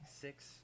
six